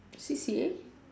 C_C_A